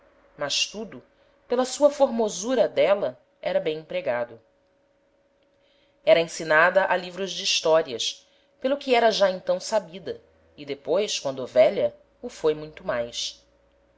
mas tudo pela sua formosura d'éla era bem empregado era ensinada a livros de historias pelo que era já então sabida e depois quando velha o foi muito mais